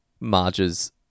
Marge's